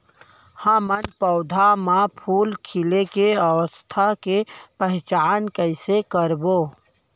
हम पौधा मे फूल खिले के अवस्था के पहिचान कईसे करबो